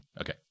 Okay